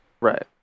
Right